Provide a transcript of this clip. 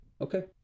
Okay